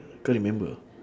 can't remember